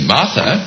Martha